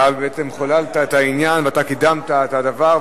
אתה בעצם חוללת את העניין ואתה קידמת את הדבר,